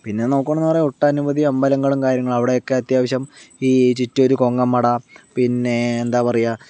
പിന്നെ നോക്കുകയാണെന്ന് പറഞ്ഞാൽ ഒട്ടനവധി അമ്പലങ്ങളും കാര്യങ്ങളും അവിടെ ഒക്കെ അത്യാവശ്യം ഈ ചുറ്റുമൊരു കൊങ്ങമ്മട പിന്നേ എന്താ പറയുക